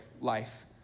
life